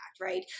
right